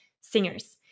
singers